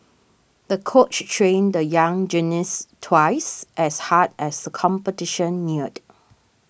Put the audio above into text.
the coach trained the young gymnast twice as hard as the competition neared